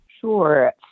Sure